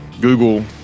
Google